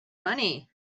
money